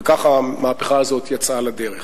וכך המהפכה הזו יצאה לדרך.